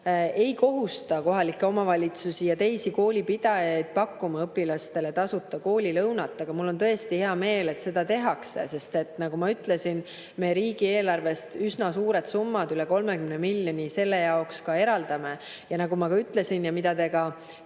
ei kohusta kohalikke omavalitsusi ja teisi koolipidajaid pakkuma õpilastele tasuta koolilõunat. Aga mul on tõesti hea meel, et seda tehakse. Nagu ma ütlesin, me riigieelarvest üsna suured summad, üle 30 miljoni selle jaoks ka eraldame. Ja nagu ma samuti ütlesin ja millele